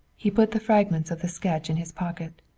he put the fragments of the sketch in his pocket.